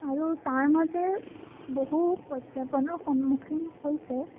আৰু তাৰ মাজে বহু প্ৰত্যাহ্বানৰ সন্মুখীন হৈছে